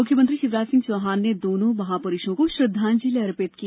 मुख्यमंत्री शिवराज सिंह चौहान ने दोनों महापुरुषों को श्रद्वांजलि अर्पित की